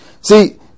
See